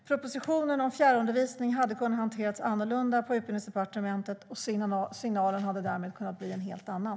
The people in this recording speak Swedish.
Propositionen om fjärrundervisning hade kunnat hanteras annorlunda på Utbildningsdepartementet, och signalen hade därmed kunnat bli en helt annan.